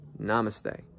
namaste